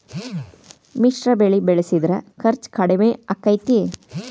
ಮಿಶ್ರ ಬೆಳಿ ಬೆಳಿಸಿದ್ರ ಖರ್ಚು ಕಡಮಿ ಆಕ್ಕೆತಿ?